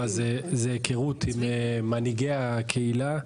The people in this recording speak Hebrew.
זה היכרות עם מנהיגי הקהילה.